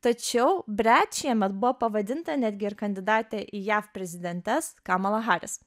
tačiau brat šiemet buvo pavadinta netgi ir kandidatė į jav prezidentes kamala haris